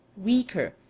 weaker,